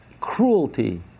cruelty